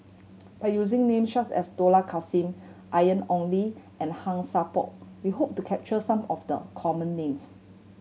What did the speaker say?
by using names such as Dollah Kassim Ian Ong Li and Han Sai Por we hope to capture some of the common names